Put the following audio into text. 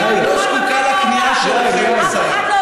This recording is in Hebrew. היא לא זקוקה לכניעה שלכם, השרה.